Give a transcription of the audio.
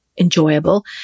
enjoyable